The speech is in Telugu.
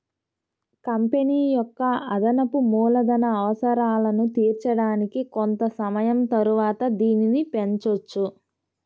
కంపెనీ యొక్క అదనపు మూలధన అవసరాలను తీర్చడానికి కొంత సమయం తరువాత దీనిని పెంచొచ్చు